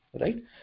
right